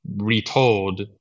retold